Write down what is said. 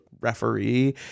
referee